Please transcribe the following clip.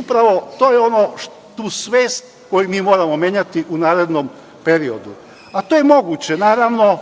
Upravo tu svest mi moramo menjati u narednom periodu, a to je moguće, naravno.